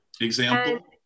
Example